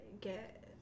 get